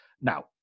Now